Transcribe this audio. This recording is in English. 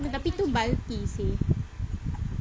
tapi tu bulky seh